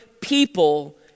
people